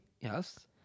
Yes